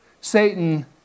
Satan